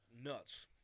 nuts